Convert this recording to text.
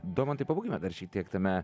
domantai pabūkime dar šitiek tame